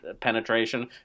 penetration